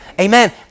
Amen